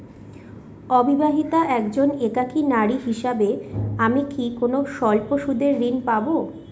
অবিবাহিতা একজন একাকী নারী হিসেবে আমি কি কোনো স্বল্প সুদের ঋণ পাব?